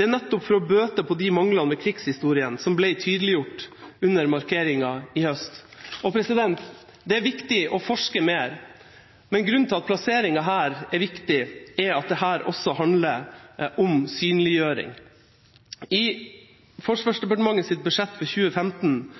nettopp for å bøte på de manglende krigshistoriene, som ble tydeliggjort under markeringa i høst. Det er viktig å forske mer, men grunnen til at plasseringa her er viktig, er at dette også handler om synliggjøring. I Forsvarsdepartementets budsjett for 2015